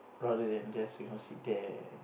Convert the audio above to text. rather than just you know sit there